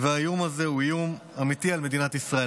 והאיום הזה הוא איום אמיתי על מדינת ישראל.